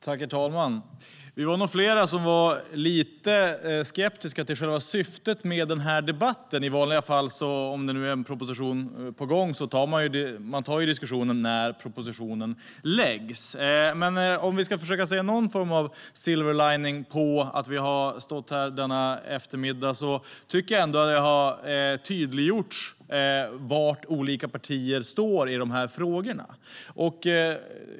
Herr talman! Vi var nog flera som var lite skeptiska till själva syftet med den här debatten. Om det är en proposition på gång tar man i vanliga fall diskussionen när propositionen läggs fram. Men om vi ska försöka se någon form av silver lining på att vi har stått här denna eftermiddag tycker jag att det har tydliggjorts var olika partier står i de här frågorna.